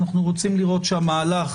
אנחנו רוצים לראות שלמהלך